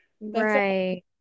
Right